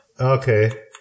Okay